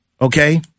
Okay